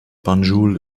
banjul